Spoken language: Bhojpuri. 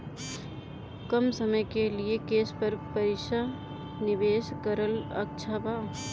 कम समय के लिए केस पर पईसा निवेश करल अच्छा बा?